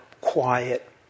quiet